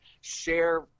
Share